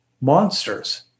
monsters